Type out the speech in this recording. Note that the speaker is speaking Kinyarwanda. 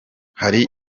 hari